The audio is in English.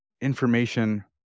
information